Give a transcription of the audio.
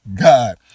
god